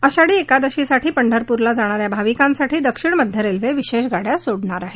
आषाढी एकादशीसाठी पंढरपूरला जाणाऱ्या भाविकांसाठी दक्षिण मध्य रेल्वे विशेष गाड्या सोडणार आहे